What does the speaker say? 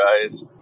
guys